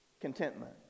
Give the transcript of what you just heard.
contentment